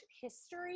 history